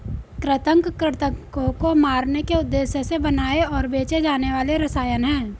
कृंतक कृन्तकों को मारने के उद्देश्य से बनाए और बेचे जाने वाले रसायन हैं